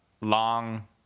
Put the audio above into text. long